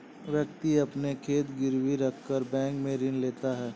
व्यक्ति अपना खेत गिरवी रखकर बैंक से ऋण लेता है